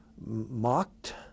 mocked